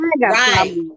right